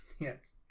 Yes